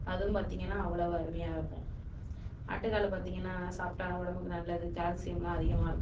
அதுவும் பார்த்திங்கன்னா அவ்வளவு அருமையாயிருக்கும் ஆட்டுக்கால் பார்த்திங்கன்னா உடம்புக்கு நல்லது கால்சியமெலாம் அதிகமாயிருக்கும்